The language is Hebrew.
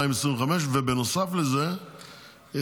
ונוסף על זה,